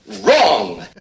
Wrong